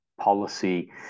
policy